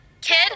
Kid